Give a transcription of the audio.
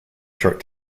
short